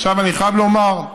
עכשיו, אני חייב לומר,